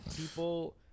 people